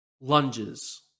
Lunges